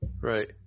Right